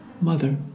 Mother